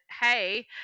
hey